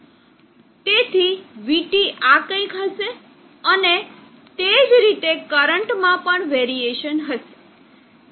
તેથી vT આ કંઈક હશે અને તે જ રીતે કરંટમાં પણ વેરીએસન હશે